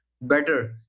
better